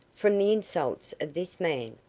from the insults of this man.